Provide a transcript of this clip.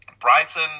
Brighton